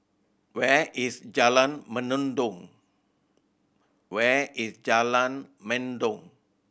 where is Jalan Mendong where is Jalan Mendong